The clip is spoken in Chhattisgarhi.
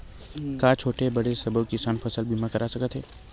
का छोटे बड़े सबो किसान फसल बीमा करवा सकथे?